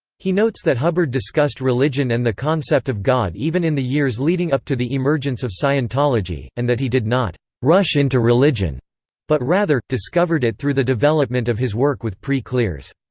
he notes that hubbard discussed religion and the concept of god even in the years leading up to the emergence of scientology, and that he did not rush into religion but rather, discovered it through the development of his work with pre-clears.